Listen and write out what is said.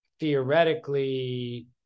theoretically